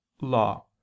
law